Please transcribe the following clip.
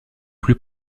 plus